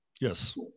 Yes